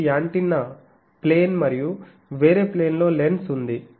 ఇది antenna plane మరియు వేరే ప్లేన్ లో లెన్స్ ఉంది